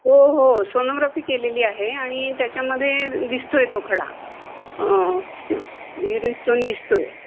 हो हो सोनोग्राफी केलेली आहे आणि त्याच्यामध्ये दिसतो आहे तो खडा युरिन स्टोन दिसतो आहे